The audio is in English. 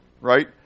right